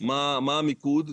מה המיקוד?